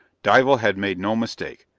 dival had made no mistake.